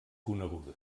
coneguda